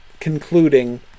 concluding